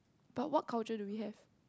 but what culture do we have